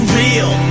real